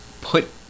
put